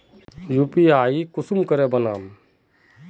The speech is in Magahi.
यु.पी.आई कुंसम करे बनाम?